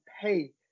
pay